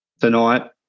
tonight